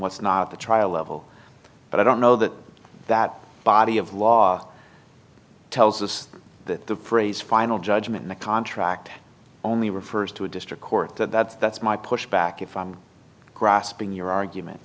what's not the trial level but i don't know that that body of law tells us that the phrase final judgment in a contract only refers to a district court and that's that's my pushback if i'm grasping your argument